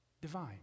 divine